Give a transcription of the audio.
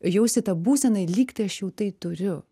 jausti tą būseną lygtai aš jau tai turiu